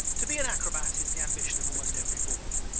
to be an acrobat is the ambition of almost every boy.